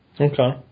okay